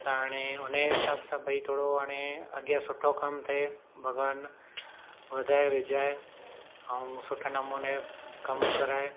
त हाणे हुन जे हिसाब सां भई थोरो हाणे अॻियां सुठो कम थिए भॻवानु वधाए विझाए ऐं सुठे नमूने कमु कराए